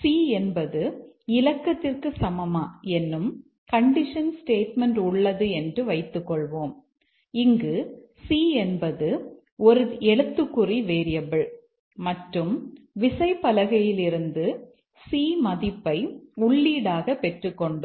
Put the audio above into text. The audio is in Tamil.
c இலக்கத்திற்கு சமமா என்னும் கண்டிஷன் ஸ்டேட்மெண்ட் உள்ளது என்று வைத்துக் கொள்வோம் இங்கு c என்பது ஒரு எழுத்துக்குறி வேரியபிள் மற்றும் விசைப்பலகையிலிருந்து c மதிப்பை உள்ளீடாக பெற்றுக்கொண்டோம்